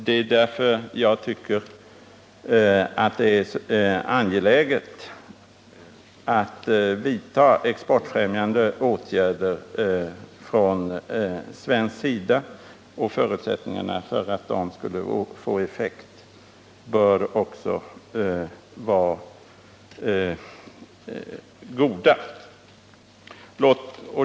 Det är därför angeläget att vidta exportfrämjande åtgärder från svensk sida. Förutsättningarna för att de skall få effekt bör också vara goda.